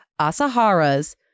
Asahara's